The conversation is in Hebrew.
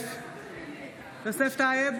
משתתף בהצבעה יוסף טייב,